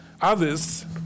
Others